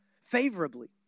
favorably